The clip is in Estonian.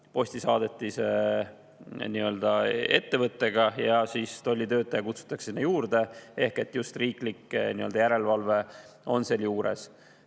postisaadetise ettevõttega ja tollitöötaja kutsutakse sinna juurde ehk just riiklik järelevalve on seal juures.